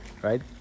right